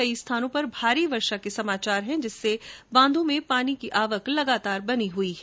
कई स्थानों पर भारी वर्षा के समाचार हैं जिससे बांधों में पानी की आवक बनी हुई है